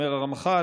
אמר רמח"ל,